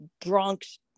drunks